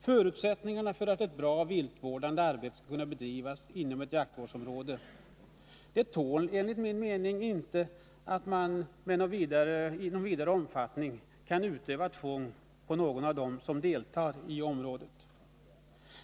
Förutsättningarna för att ett bra viltvårdande arbete skall kunna bedrivas inom ett jaktvårdsområde tål enligt min mening inte att man i någon vidare omfattning utövar tvång på någon av dem som deltar i området.